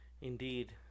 Indeed